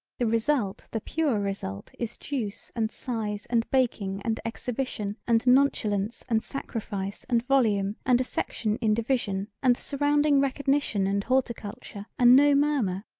the result the pure result is juice and size and baking and exhibition and nonchalance and sacrifice and volume and a section in division and the surrounding recognition and horticulture and no murmur.